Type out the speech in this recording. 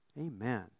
Amen